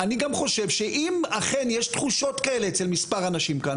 אני גם חושב שאם אכן יש תחושות כאלה אצל מספר אנשים כאן,